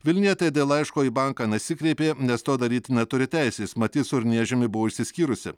vilnietė dėl laiško į banką nesikreipė nes to daryti neturi teisės mat ji su urniežiumi buvo išsiskyrusi